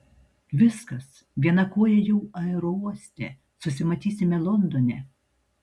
viskas viena koja jau aerouoste susimatysime londone